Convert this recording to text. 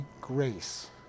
grace